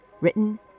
written